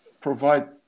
provide